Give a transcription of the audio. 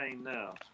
Now